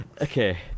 Okay